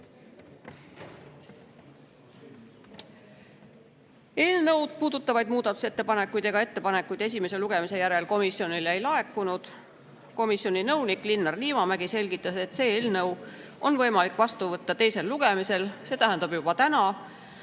Eelnõu puudutavaid muudatusettepanekuid esimese lugemise järel komisjonile ei laekunud. Komisjoni nõunik Linnar Liivamägi selgitas, et see eelnõu on võimalik vastu võtta teisel lugemisel, see tähendab juba täna,